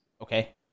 okay